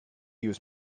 use